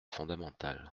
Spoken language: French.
fondamental